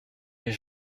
les